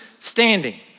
standing